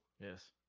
Yes